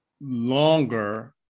longer